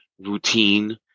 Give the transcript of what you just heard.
routine